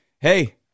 Hey